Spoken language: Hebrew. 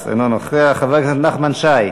גטאס, אינו נוכח, חבר הכנסת נחמן שי,